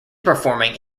performing